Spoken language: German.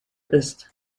ist